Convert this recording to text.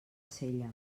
sella